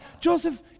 Joseph